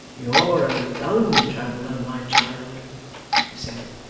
you're a young traveller, my child he said,